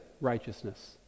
righteousness